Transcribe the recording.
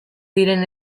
diren